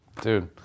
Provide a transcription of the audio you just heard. dude